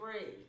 three